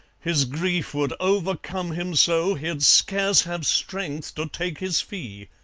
his grief would overcome him so he'd scarce have strength to take his fee.